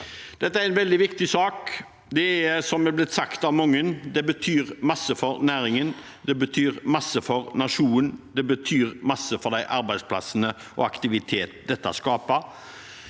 Dette er en veldig viktig sak. Det er slik det er blitt sagt av mange: Det betyr mye for næringen, det betyr mye for nasjonen, det betyr mye for de arbeidsplassene og den aktiviteten dette skaper.